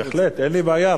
בהחלט, אין לי בעיה.